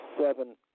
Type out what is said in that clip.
seven